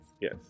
Yes